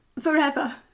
forever